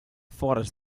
forest